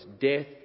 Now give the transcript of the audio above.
Death